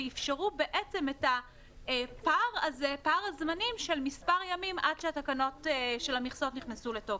ואפשרו את פער הזמנים של מספר ימים עד שהתקנות של המכסות נכנסו לתוקף.